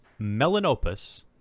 melanopus